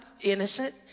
innocent